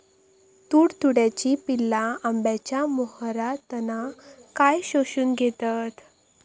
तुडतुड्याची पिल्ला आंब्याच्या मोहरातना काय शोशून घेतत?